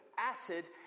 acid